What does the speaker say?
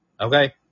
Okay